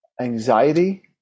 anxiety